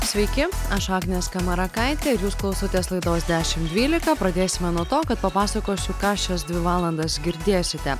sveiki aš agnė skamarakaitė ir jūs klausotės laidos dešimt dvylika pradėsime nuo to kad papasakosiu ką šias dvi valandas girdėsite